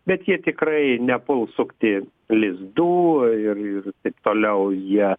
bet jie tikrai nepuls sukti lizdų ir ir taip toliau jie